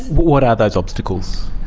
what are those obstacles?